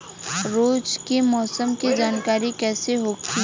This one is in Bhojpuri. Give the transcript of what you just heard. रोज के मौसम के जानकारी कइसे होखि?